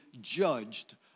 judged